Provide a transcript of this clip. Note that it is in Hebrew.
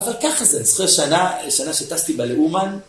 אבל ככה זה, אני זוכר שנה, שנה שטסתי בה לאומן.